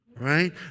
right